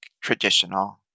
traditional